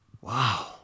Wow